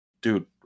dude